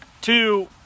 two